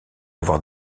avoir